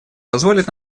позволит